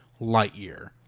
Lightyear